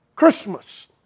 Christmas